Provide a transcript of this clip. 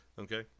okay